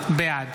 בעד